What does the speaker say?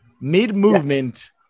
mid-movement